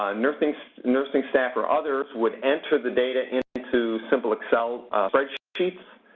ah nursing so nursing staff or others would enter the data into simple excel spreadsheets,